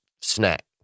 snack